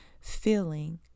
feeling